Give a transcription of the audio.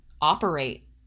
operate